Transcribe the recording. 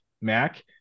Mac